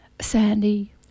Sandy